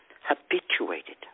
habituated